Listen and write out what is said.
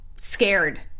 scared